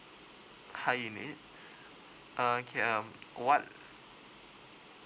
high unit okay um what